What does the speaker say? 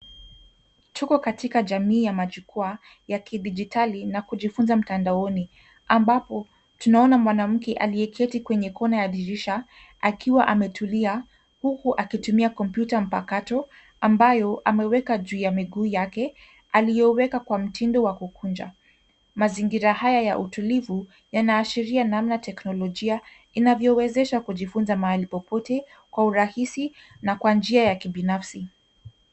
Tuko katika jamii ya majukwaa ya kidijitali na kujifunza mtandaoni ambapo tunaona mwanamke aliyeketi kwenye kona ya dirisha akiwa ametulia huku akitumia kompyuta mpakato ambayo ameweka juu ya miguu yake aliyoweka kwa mtindo wa kukunja. Mazingira haya ya utulivu yanaashiria namna teknolojia inavyowezesha kujifunza mahali popote kwa urahisi na kwa njia ya kibinafsi.